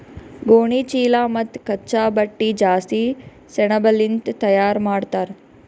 ಗೋಣಿಚೀಲಾ ಮತ್ತ್ ಕಚ್ಚಾ ಬಟ್ಟಿ ಜಾಸ್ತಿ ಸೆಣಬಲಿಂದ್ ತಯಾರ್ ಮಾಡ್ತರ್